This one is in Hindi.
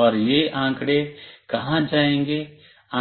और यह आंकड़े कहां जाएंगे